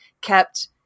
kept